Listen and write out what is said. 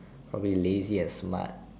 probably lazy and smart